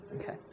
Okay